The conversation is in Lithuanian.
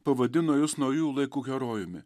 pavadino jus naujųjų laikų herojumi